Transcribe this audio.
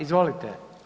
Izvolite.